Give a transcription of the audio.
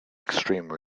extreme